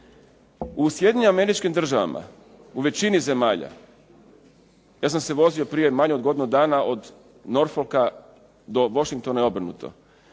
U Sjedinjenim Američkim državama u većini zemalja ja sam se vozio prije manje od godinu dana od … /Govornik se ne